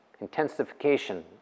Intensification